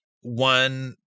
one